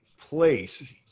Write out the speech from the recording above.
place